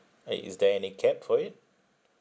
and is there any cap for it